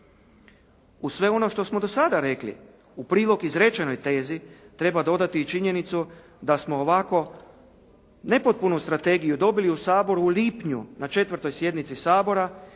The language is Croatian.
Uz sve ono što smo do sada rekli u prilog izrečenoj tezi, treba dodati i činjenicu da smo ovako nepotpunu strategiju dobili u Saboru u lipnju na 4. sjednici Sabora.